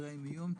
חדרי המיון.